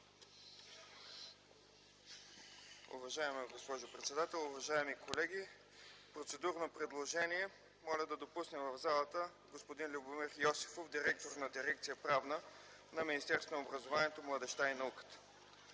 Уважаема госпожо председател, уважаеми колеги! Процедурно предложение – моля да допуснем в пленарната зала господин Любомир Йосифов – директор на дирекция „Правна” на Министерството на образованието, младежта и науката.